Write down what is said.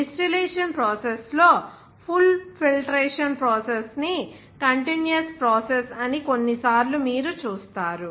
distillation process లో full filtration process ని continuous process అని కొన్నిసార్లు మీరు చూస్తారు